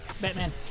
Batman